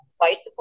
bicycle